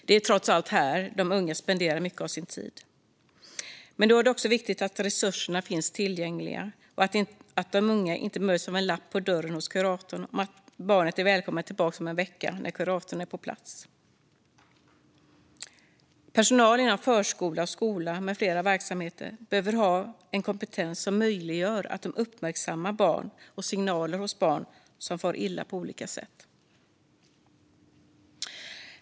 Det är trots allt i skolan de unga spenderar mycket av sin tid. Men då är det också viktigt att resurserna finns tillgängliga och att de unga inte möts av en lapp på dörren hos kuratorn om att barnet är välkommen tillbaka om en vecka när kuratorn är på plats. Personal inom förskola och skola, med flera verksamheter, behöver ha kompetens som möjliggör att de uppmärksammar barn och signaler hos barn som far illa på olika sätt.